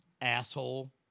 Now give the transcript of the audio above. asshole